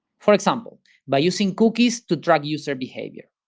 for example by using cookies to track user behavior.